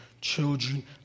children